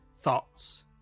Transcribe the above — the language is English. thoughts